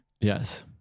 Yes